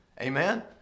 Amen